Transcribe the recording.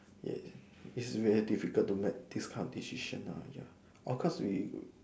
yes it's very difficult to make this kind of decision lah ya of course we